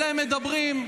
ולכן,